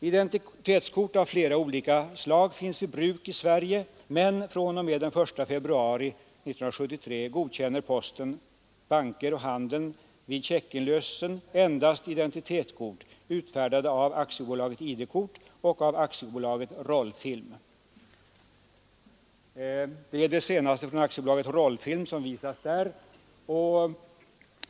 Identitetskort av flera olika slag finns i bruk i Sverige, men fr.o.m. 1 februari 1973 godkänner posten, banker och handeln vid checkinlösen endast identitetskort utfärdade av AB ID-kort och av AB Rollfilm. Det är det senaste kortet från AB Rollfilm som jag nu visar på bildskärmen.